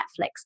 Netflix